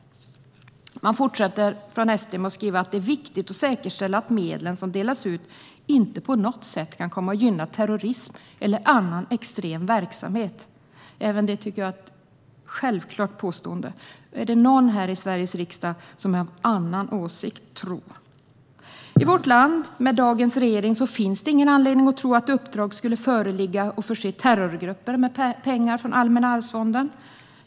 Sverigedemokraterna fortsätter med att skriva att det är "viktigt att man aktivt arbetar för att säkerställa att de medel som utdelas inte riskerar att på något sätt gynna någon form av terrorism eller annan extrem verksamhet". Även detta är ett självklart påstående. Är det någon här i Sveriges riksdag som är av en annan åsikt, tro? I vårt land, med dagens regering, finns det ingen anledning att tro att uppdrag skulle föreligga att förse terrorgrupper med pengar från Allmänna arvsfonden.